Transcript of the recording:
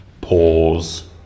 pause